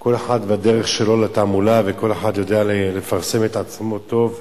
שכל אחד והדרך שלו לתעמולה וכל אחד יודע לפרסם את עצמו טוב,